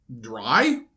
Dry